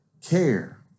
Care